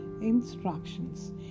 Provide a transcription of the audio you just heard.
instructions